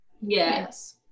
Yes